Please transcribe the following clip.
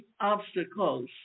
obstacles